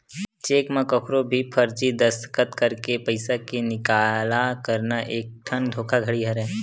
cheque म कखरो भी फरजी दस्कत करके पइसा के निकाला करना एकठन धोखाघड़ी हरय